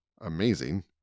amazing